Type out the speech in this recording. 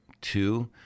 two